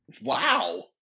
Wow